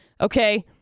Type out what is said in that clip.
okay